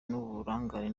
n’uburangare